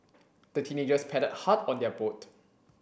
the teenagers paddled hard on their boat